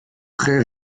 très